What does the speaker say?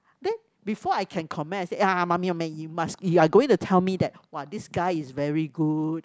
then before I can comment I say ya mummy mummy you must you are going to tell me that this guy is very good